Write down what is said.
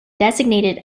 designated